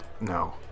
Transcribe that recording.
No